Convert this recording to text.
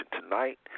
tonight